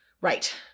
Right